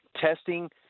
testing